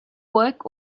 work